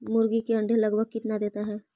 मुर्गी के अंडे लगभग कितना देता है?